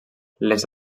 les